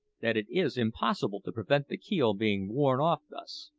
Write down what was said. that it is impossible to prevent the keel being worn off thus.